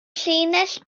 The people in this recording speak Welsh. llinell